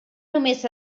només